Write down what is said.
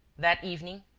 that evening,